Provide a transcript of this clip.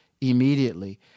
immediately